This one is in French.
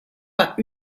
pas